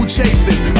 chasing